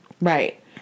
Right